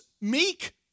meek